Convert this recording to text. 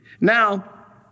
Now